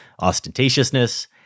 ostentatiousness